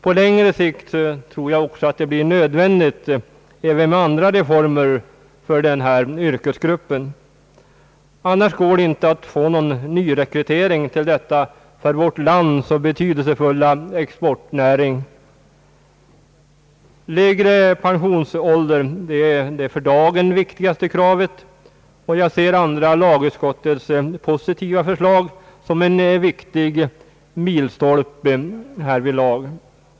Jag tror också att det på längre sikt blir nödvändigt även med andra reformer för denna yrkesgrupp. Annars kommer nyrekryteringen till denna för vårt land så viktiga exportnäring att bli omöjlig. Lägre pensionsålder är det för dagen viktigaste kravet. Jag ser andra lagutskottets positiva förslag som en viktig milstolpe härvidlag.